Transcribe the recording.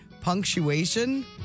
punctuation